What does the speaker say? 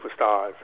superstars